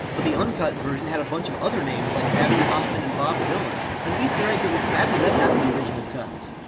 but the uncut version had a bunch of other names like abbie hoffman and bob dylan, an easter egg that was sadly left out of the original cut.